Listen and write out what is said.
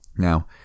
Now